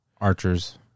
archers